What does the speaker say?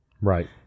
right